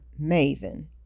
maven